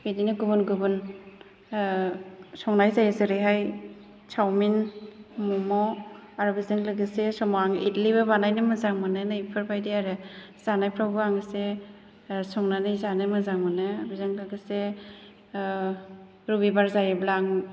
बिदिनो गुबुन गुबुन संनाय जायो जेरैहाय सावमिन म'म' आरो बेजों लोगोसे समाव आं इदलिबो बानायनो मोजां मोनो नैबेफोर बादि आरो जानायफ्रावबो आं एसे संनानै जानो मोजां मोनो बेजों लोगोसे रबिबार जायोब्ला आं